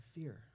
fear